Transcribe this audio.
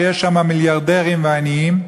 שיש שם מיליארדרים ועניים,